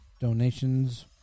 Donations